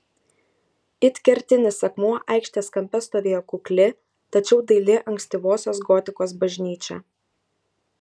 it kertinis akmuo aikštės kampe stovėjo kukli tačiau daili ankstyvosios gotikos bažnyčia